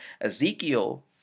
Ezekiel